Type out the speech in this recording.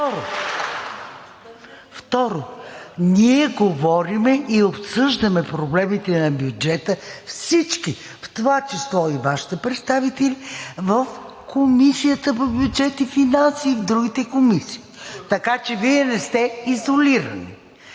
Второ, ние говорим и обсъждаме проблемите на бюджета всички, в това число и Вашите представители в Комисията по бюджет и финанси и в другите комисии, така че Вие не сте изолирани.